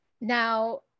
Now